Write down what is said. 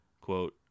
quote